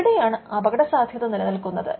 അവിടെയാണ് അപകടസാധ്യത നിലനിൽക്കുന്നത്